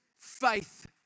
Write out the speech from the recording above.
faith